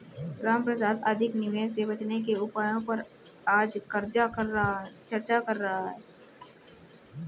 रामप्रसाद अधिक निवेश से बचने के उपायों पर आज चर्चा कर रहा था